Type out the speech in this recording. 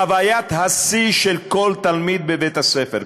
חוויית השיא של כל תלמיד ותלמידה בבית-הספר.